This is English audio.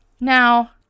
Now